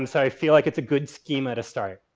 and so i feel like it's a good schema to start.